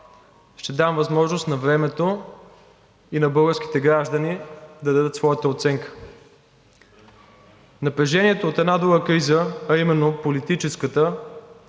ще дам възможност на времето и на българските граждани да дадат своята оценка. Напрежението от една друга криза, а именно политическата,